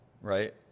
right